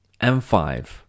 m5